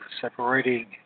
separating